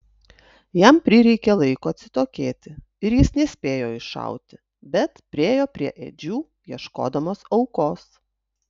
jam prireikė laiko atsitokėti ir jis nespėjo iššauti bet priėjo prie ėdžių ieškodamas aukos